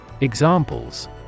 Examples